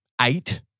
eight